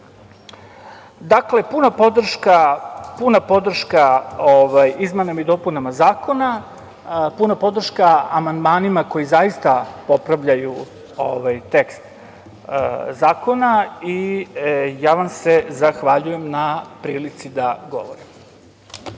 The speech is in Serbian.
tako. Dakle, puna podrška izmenama i dopunama zakona, puna podrška amandmanima koji zaista popravljaju tekst zakona i zahvaljujem vam se na prilici da govorim.